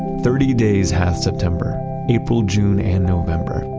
thirty days hath september, april, june, and november.